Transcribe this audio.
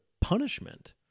punishment